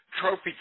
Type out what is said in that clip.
Trophy